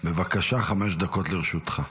בבקשה, חמש דקות לרשותך.